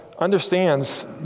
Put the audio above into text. understands